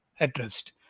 addressed